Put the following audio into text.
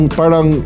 parang